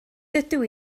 dydw